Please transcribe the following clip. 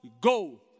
go